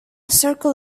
circle